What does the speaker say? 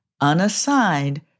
unassigned